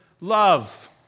love